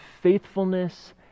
faithfulness